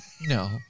No